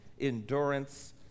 endurance